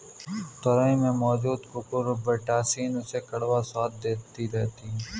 तोरई में मौजूद कुकुरबिटॉसिन उसे कड़वा स्वाद दे देती है